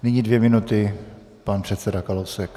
Nyní dvě minuty pan předseda Kalousek.